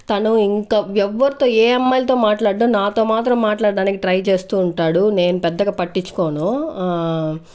తను ఇంకా ఎవ్వర్తో ఏ అమ్మాయిల్తో మాట్లాడ్డు నాతో మాత్రం మాట్లాడ్డానికి ట్రై చేస్తూ ఉంటాడు నేను పెద్దగా పట్టించుకోను